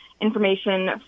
information